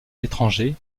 l’étranger